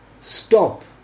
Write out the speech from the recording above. stop